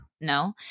No